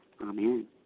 Amen